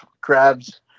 crabs